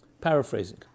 paraphrasing